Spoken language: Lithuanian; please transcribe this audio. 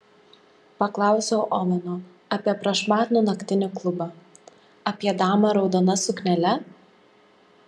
paklausiau oveno apie prašmatnų naktinį klubą apie damą raudona suknele